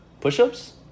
Push-ups